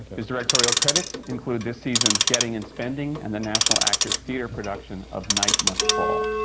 his directorial credits include this season's getting and spending and the national actors theatre production of night must fall.